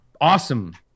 awesome